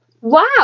Wow